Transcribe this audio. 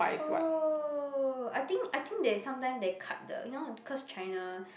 oh I think I think they sometime they cut the you know because China